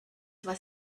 was